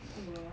you hor